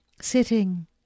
sitting